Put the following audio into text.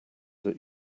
that